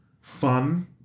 fun